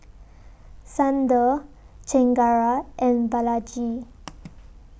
Sundar Chengara and Balaji